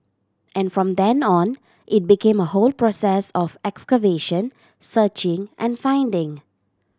and from then on it became a whole process of excavation searching and finding